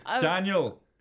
Daniel